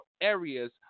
areas